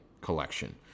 collection